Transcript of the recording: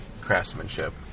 craftsmanship